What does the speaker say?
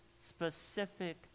specific